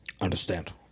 understand